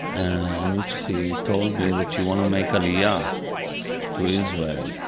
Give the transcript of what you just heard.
and which she told me that she want to make aliyah to israel.